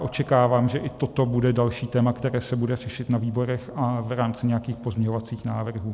Očekávám, že i toto bude další téma, které se bude řešit na výborech a v rámci nějakých pozměňovacích návrhů.